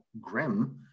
grim